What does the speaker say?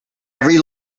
every